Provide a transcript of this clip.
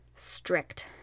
strict